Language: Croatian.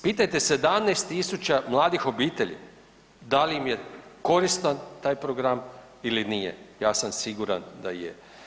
Pitajte 17 000 mladih obitelji da li im je koristan taj program ili nije, ja sam siguran da je.